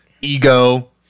ego